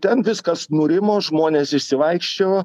ten viskas nurimo žmonės išsivaikščiojo